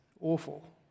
awful